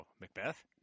Macbeth